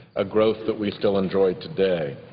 a growth that we still enjoy today.